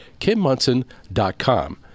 kimmunson.com